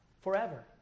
forever